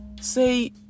say